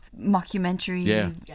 mockumentary